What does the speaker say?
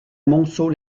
montceau